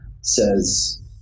says